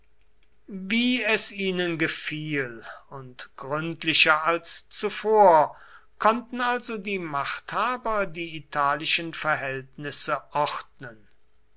wie es ihnen gefiel und gründlicher als zuvor konnten also die machthaber die italischen verhältnisse ordnen